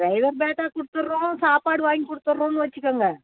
driver batta கொடுத்துர்றோம் சாப்பாடு வாங்கி கொடுத்துர்றோன்னு வச்சுக்கோங்க